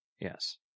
Yes